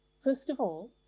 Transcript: first of all,